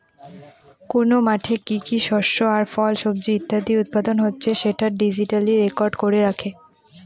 কোন মাঠে কি কি শস্য আর ফল, সবজি ইত্যাদি উৎপাদন হচ্ছে সেটা ডিজিটালি রেকর্ড করে রাখে